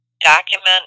document